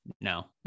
no